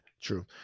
true